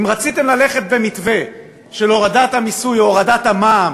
אם רציתם ללכת במתווה של הורדת המס או הורדת המע"מ,